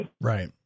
Right